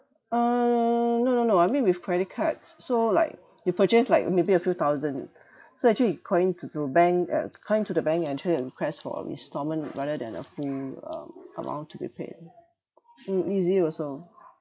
uh no no no I mean with credit cards so like you purchase like maybe a few thousand so actually you call in to to bank uh call in to the bank and try to request for a installment rather than a full um amount to be paid mm easy also